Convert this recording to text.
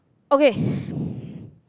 okay